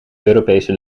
europese